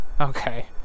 Okay